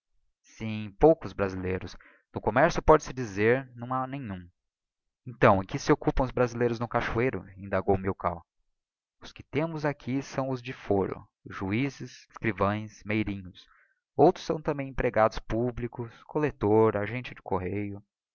sim poucos brasileiros no commercio póde-se dizer não ha nenhum então em que se occupam os brasileiros do cachoeiro indagou milkau os que temos aqui são os do foro os juizes escrivães meirinhos outros são também empregados públicos collector agente de correio